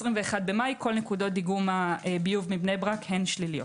במאי כל נקודות דיגום הביוב מבני ברק הן שליליות.